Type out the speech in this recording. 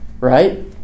right